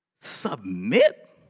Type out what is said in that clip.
Submit